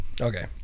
Okay